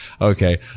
okay